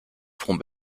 front